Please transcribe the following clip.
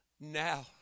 now